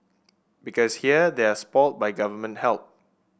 because here they are spot by government help